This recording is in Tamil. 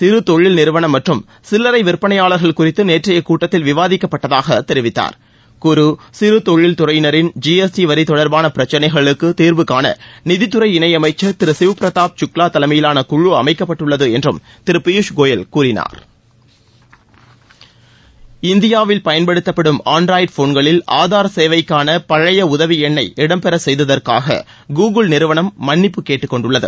சிறு தொழில் நிறுவனம் மற்றும் சில்லறை விற்பனையாளர்கள் குறித்து நேற்றைய கூட்டத்தில் விவாதிக்கப்பட்டதாக தெரிவித்தார் குறு சிறு தொழில் துறையினரின் ஜி எஸ் டி வரி தொடர்பான பிரச்சினைகளுக்கு தீர்வு காண நிதித்துறை இணையமைச்சர் திரு சிவ்பிரதாப் சுக்லா தலைமையிலான குழு அமைக்கப்பட்டுள்ளது என்றும் திரு பியூஷ் கோயல் கூறினார் இந்தியாவில் பயன்படுத்தப்படும் ஆன்ட்ராய்டு போன்களில் ஆதார் சேவைக்கான பழைய உதவி எண்ணை இடம் பெறச் செய்ததற்காக கூகுள் நிறுவனம் மன்னிப்பு கேட்டுக்கொண்டுள்ளது